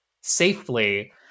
safely